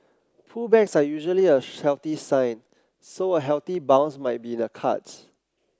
pullbacks are usually a healthy sign so a healthy bounce might be in the cards